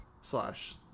slash